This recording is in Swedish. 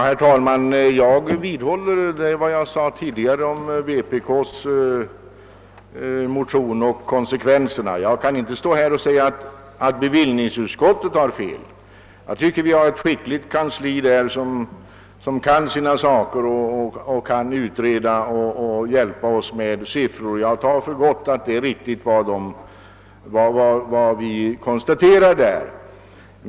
Herr talman! Jag vidhåller vad jag sade tidigare om konsekvenserna av vänsterpartiet kommunisternas motionsförslag. Jag kan inte stå här och säga att bevillningsutskottet har fel. Vi har ett skickligt kansli som kan sina saker, som kan utreda och hjälpa oss med siffror, och jag menar därför att vad vi har sagt är riktigt.